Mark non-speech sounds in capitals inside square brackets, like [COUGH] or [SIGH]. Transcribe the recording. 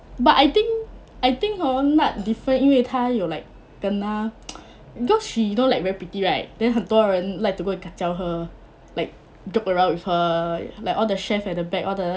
but I think I think hor nad different 因为她有 like kena [NOISE] because she know like very pretty right then 很多人 like to go and kajiao her like joke around with her like all the chefs at the back all the